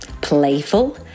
playful